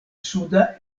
suda